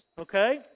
okay